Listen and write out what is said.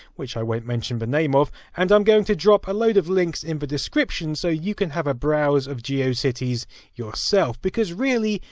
which i won't mention the but name of, and i'm going to drop a load of links in the description so you can have a browse of geocities yourself. because, really,